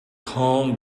calm